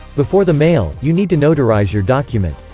before the mail, you need to notarize your document.